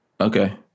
okay